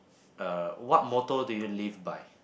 uh what motto do you live by